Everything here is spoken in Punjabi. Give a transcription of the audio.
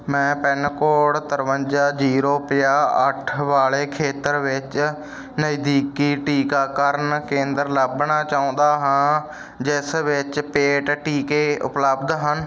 ਮੈਂ ਪਿੰਨ ਕੋਡ ਤਰਵੰਜਾ ਜ਼ੀਰੋ ਪੰਜਾਹ ਵਾਲੇ ਖੇਤਰ ਵਿੱਚ ਨਜ਼ਦੀਕੀ ਟੀਕਾਕਰਨ ਕੇਂਦਰ ਲੱਭਣਾ ਚਾਹੁੰਦਾ ਹਾਂ ਜਿਸ ਵਿੱਚ ਪੇਡ ਟੀਕੇ ਉਪਲੱਬਧ ਹਨ